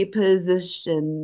position